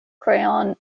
crayon